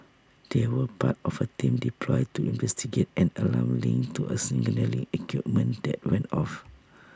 they were part of A team deployed to investigate an alarm linked to A signalling equipment that went off